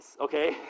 okay